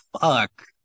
fuck